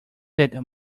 that